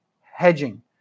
hedging